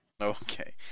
okay